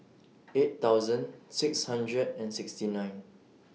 eight thousand six hundred and sixty nine